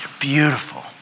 beautiful